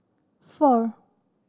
four